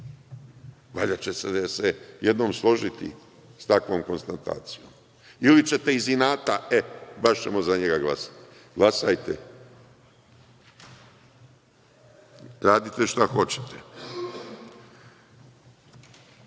Valjda ćete se jednom složiti sa takvom konstatacijom. Ili ćete iz inata – e, baš ćemo za njega glasati. Glasajte. Radite šta hoćete. Što